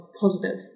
positive